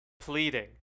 Pleading